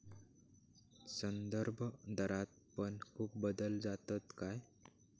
संदर्भदरात पण खूप बदल जातत काय?